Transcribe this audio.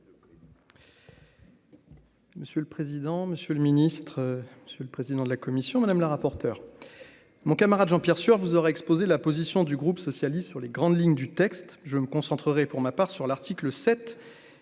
Monsieur le président, Monsieur le Ministre, c'est le président de la commission madame la rapporteure mon camarade Jean-Pierre Sueur vous aurez exposé la position du groupe socialiste, sur les grandes lignes du texte, je me concentrerai pour ma part sur l'article 7